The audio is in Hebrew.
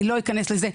אני לא אכנס לזה,